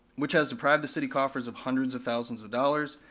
which has deprived the city coffers of hundreds of thousands of dollars,